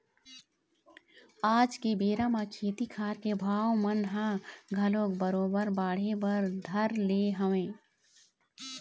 आज के बेरा म खेती खार के भाव मन ह घलोक बरोबर बाढ़े बर धर ले हवय